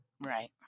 Right